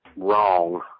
wrong